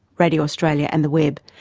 radio australia and the web,